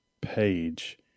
page